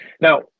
Now